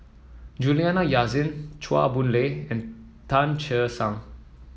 Juliana Yasin Chua Boon Lay and Tan Che Sang